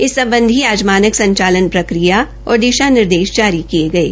इस सम्बधी आज मानक संचालन प्रक्रिया और दिशा निर्देश जारी किये गये